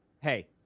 hey